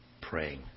Praying